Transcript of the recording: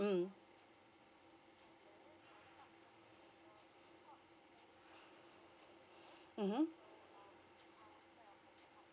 mm mmhmm